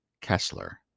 Kessler